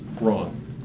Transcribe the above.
wrong